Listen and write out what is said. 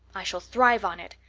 i shall thrive on it.